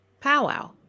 powwow